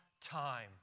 time